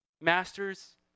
Masters